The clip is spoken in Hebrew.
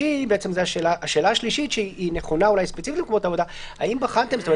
השאלה השלישית שהיא נכונה אולי ספציפית למקומות עבודה היא שבסופו